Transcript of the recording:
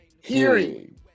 hearing